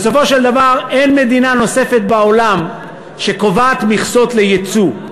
בסופו של דבר אין מדינה נוספת בעולם שקובעת מכסות ליצוא.